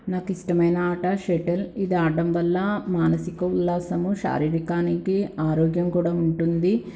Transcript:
నాకు ఇష్టమైన ఆట షటిల్ ఇది ఆడ్డం వల్ల మానసిక ఉల్లాసం శారీరికానికి ఆరోగ్యం కూడా ఉంటుంది